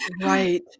Right